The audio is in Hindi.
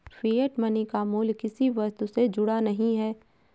फिएट मनी का मूल्य किसी वस्तु से जुड़ा नहीं है